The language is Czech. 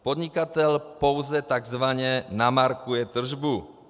Podnikatel pouze takzvaně namarkuje tržbu.